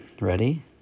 Ready